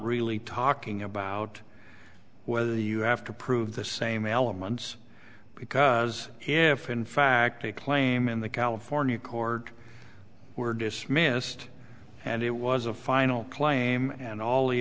really talking about whether you have to prove the same elements because if in fact a claim in the california court were dismissed and it was a final claim and all the